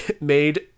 made